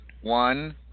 one